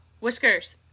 whiskers